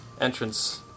Entrance